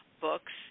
books